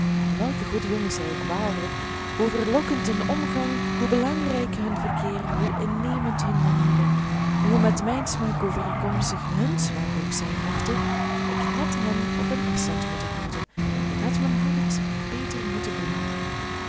welke goede jongens zij ook waren hoe verlokkend hun omgang hoe belangrijk hun verkeer hoe innemend hun manieren hoe met mijn smaak overeenkomstig hun smaak ook zijn mochten ik had hen op een afstand moeten houden ik had mijn hart beter moeten bewaken